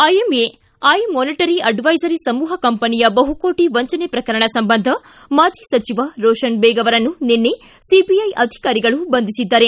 IMA I monetary advisory ಸಮೂಹ ಕಂಪನಿಯ ಬಹುಕೋಟ ವಂಚನೆ ಪ್ರಕರಣ ಸಂಬಂಧ ಮಾಜಿ ಸಚಿವ ರೋಷನ್ ಬೇಗ್ ಅವರನ್ನು ನಿನ್ನೆ ಸಿಬಿಐ ಅಧಿಕಾರಿಗಳು ಬಂಧಿಸಿದ್ದಾರೆ